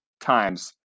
times